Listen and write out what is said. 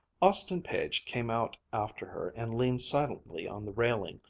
austin page came out after her and leaned silently on the railing,